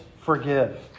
forgive